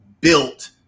built